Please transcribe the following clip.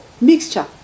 mixture